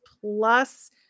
plus